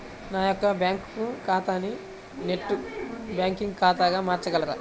నా యొక్క బ్యాంకు ఖాతాని నెట్ బ్యాంకింగ్ ఖాతాగా మార్చగలరా?